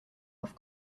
off